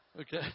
Okay